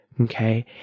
Okay